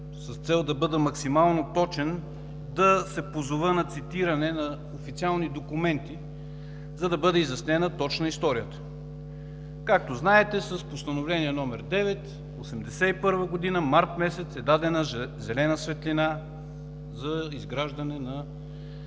с цел да бъда максимално точен, да се позова на цитиране на официални документи, за да бъде изяснена точно историята. Както знаете, с Постановление № 9, 1981 г., март месец е дадена зелена светлина за изграждане на